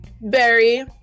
Barry